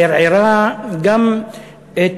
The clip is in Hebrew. שערערו גם את